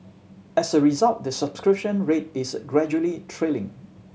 as a result the subscription rate is gradually trailing